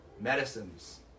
medicines